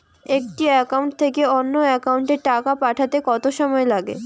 একটি একাউন্ট থেকে অন্য একাউন্টে টাকা পাঠাতে কত সময় লাগে?